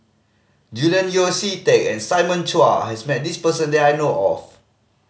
Julian Yeo See Teck and Simon Chua has met this person that I know of